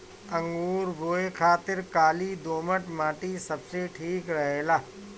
अंगूर बोए खातिर काली दोमट माटी सबसे ठीक रहेला